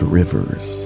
rivers